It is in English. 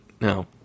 No